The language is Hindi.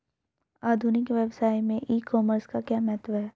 आधुनिक व्यवसाय में ई कॉमर्स का क्या महत्व है?